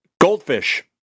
Goldfish